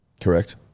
Correct